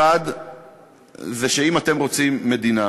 1. אם אתם רוצים מדינה